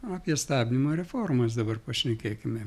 apie stabdymo reformas dabar pašnekėkime